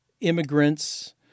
immigrants